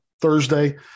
Thursday